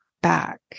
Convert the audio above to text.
back